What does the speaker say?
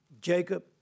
Jacob